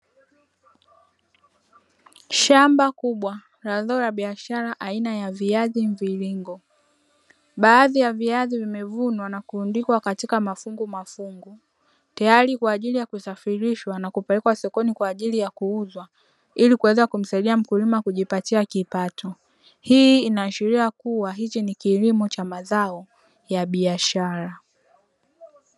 Shamba kubwa la zao la biashara aina ya viazi mviringo baadhi ya viazi vimevunwa na kurundikwa katika mafungumafungu, tayari kwa ajili ya kusafirishwa na kupelekwa sokoni kwa ajili ya kuuzwa ili kuweza kumsaidia mkulima kujipatia kipato. Hii inaashiria kuwa hichi ni kilimo cha mazao ya biashara.